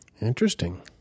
Interesting